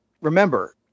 remember